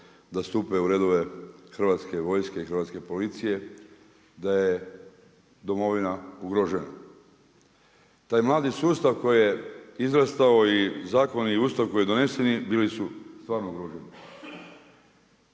da stupe u redove Hrvatske vojske i Hrvatske policije, da je domovina ugrožena. Taj mladi sustav koji je izrastao i zakoni i Ustav koji su doneseni bili su stvarno ugroženi.